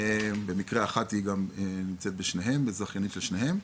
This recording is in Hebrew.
אחת במקרה נמצאת בשניהם, היא זכיינית של שניהם.